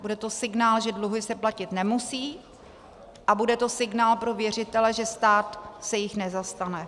Bude to signál, že dluhy se platit nemusí, a bude to signál pro věřitele, že stát se jich nezastane.